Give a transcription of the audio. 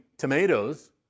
tomatoes